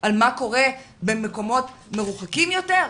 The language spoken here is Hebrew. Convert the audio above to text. על מה קורה במקומות מרוחקים יותר,